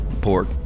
port